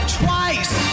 twice